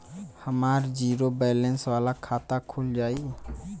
हमार zero balance वाला खाता खुल जाई?